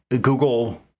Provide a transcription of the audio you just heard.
Google